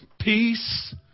peace